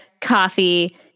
coffee